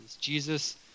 Jesus